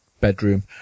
bedroom